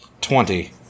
Twenty